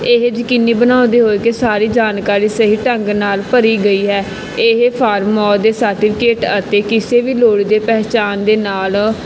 ਇਹ ਯਕੀਨੀ ਬਣਾਉਂਦੇ ਹੋਏ ਕਿ ਸਾਰੀ ਜਾਣਕਾਰੀ ਸਹੀ ਢੰਗ ਨਾਲ ਭਰੀ ਗਈ ਹੈ ਇਹ ਫਾਰਮ ਉਹਦੇ ਸਰਟੀਫਿਕੇਟ ਅਤੇ ਕਿਸੇ ਵੀ ਲੋੜੀਂਦੇ ਪਹਿਚਾਣ ਦੇ ਨਾਲ